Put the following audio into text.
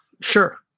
Sure